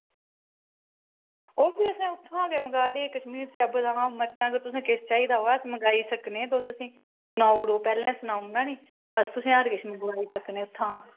ते ओह् असें इत्थां मंगवाये दे कशमीर दा इत्थुआं गै ते तुसें चाहिदा ते तुस मंगाई सकने असें ई सनाई ओड़ेओ पैह्लें सनाई ओड़ना नी ते तुस हर किश मंगाई सकने इत्थां